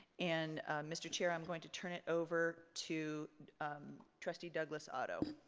and mr. chair, i'm going to turn it over to trustee douglass otto.